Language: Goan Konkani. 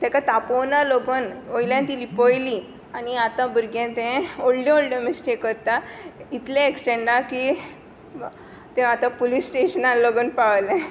ताका तापोवना लोगून वोयल्यान ती लिपोयली आतां भुरगें तें वोडल्यो वोडल्यो मिसटेक कोत्ता इतले एक्सटेंडा की तें आतां पुलीस स्टेशना लोगून पावलें